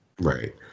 right